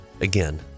Again